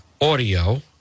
audio